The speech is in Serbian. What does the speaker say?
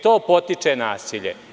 To podstiče nasilje.